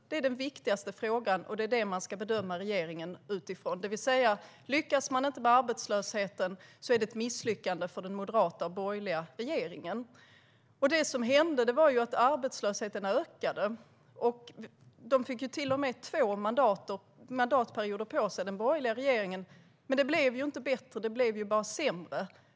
Det var den viktigaste frågan och den som man skulle bedöma regeringen utifrån. Det vill säga: Lyckades man inte med arbetslösheten var det ett misslyckande för den moderata och borgerliga regeringen. Det som hände var att arbetslösheten ökade. Den borgerliga regeringen fick till och med två mandatperioder på sig, men det blev inte bättre utan bara sämre.